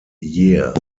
year